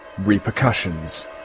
Repercussions